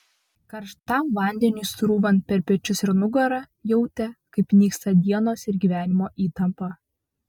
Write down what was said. karštam vandeniui srūvant per pečius ir nugarą jautė kaip nyksta dienos ir gyvenimo įtampa